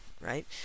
right